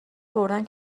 بردن